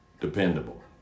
dependable